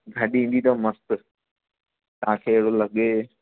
गाॾी ईंदी अथव मस्तु तव्हांखे लॻे